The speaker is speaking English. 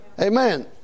Amen